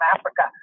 Africa